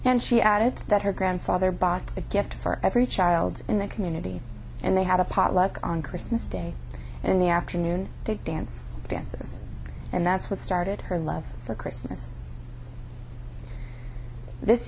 and she added that her grandfather bought a gift for every child in the community and they had a potluck on christmas day and in the afternoon they dance dances and that's what started her love for christmas this